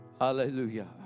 Hallelujah